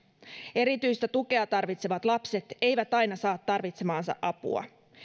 erityistä tukea tarvitsevat lapset eivät aina saa tarvitsemaansa apua